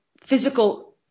physical